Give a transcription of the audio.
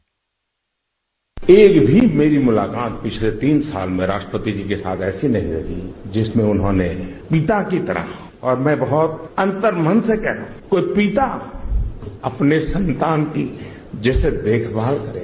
bite एक भी मेरी मुलाकात पिछले तीन साल में राष्ट्रपति जी के साथ ऐसी नहीं रही जिसमें उन्होंने पिता की तरह और मैं बहुत अंतर्मन से कहता हूं कि वो एक पिता अपने संतान की जैसे देखभाल करे